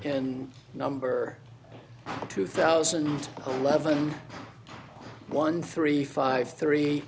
and number two thousand and eleven one three five three